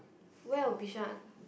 where of Bishan